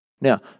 now